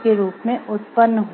के रूप में उत्पन्न हुआ